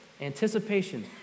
anticipation